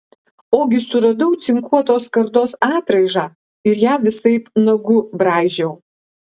ogi suradau cinkuotos skardos atraižą ir ją visaip nagu braižiau